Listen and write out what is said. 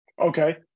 okay